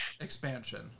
expansion